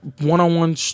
one-on-one